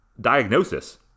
diagnosis